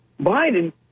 Biden